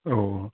औ